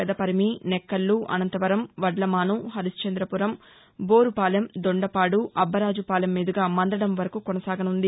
పెదపరిమి నెక్కల్లు అనంతవరం వడ్లమాను హరిశ్చంద్రపురం టోరుపాలెం దొండపాడు అబ్బరాజుపాలెం మీదుగా మందడం వరకు కొనసాగనుంది